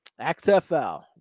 XFL